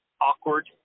awkward